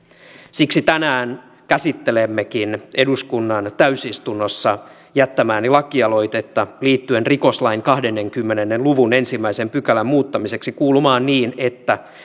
siksi tänään käsittelemmekin eduskunnan täysistunnossa jättämääni lakialoitetta liittyen rikoslain kahdenkymmenen luvun ensimmäisen pykälän muuttamiseksi kuulumaan niin että